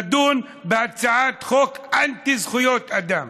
לדון בהצעת חוק אנטי-זכויות אדם.